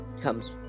comes